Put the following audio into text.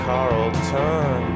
Carlton